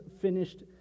finished